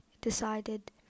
decided